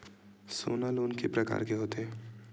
सोना लोन के प्रकार के होथे?